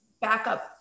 backup